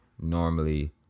normally